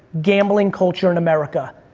gambling culture in america.